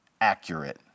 accurate